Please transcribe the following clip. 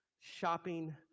shopping